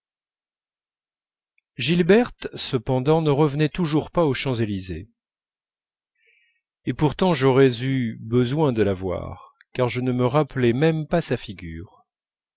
gilberte cependant ne revenait toujours pas aux champs-élysées et pourtant j'aurais eu besoin de la voir je ne me rappelais même pas sa figure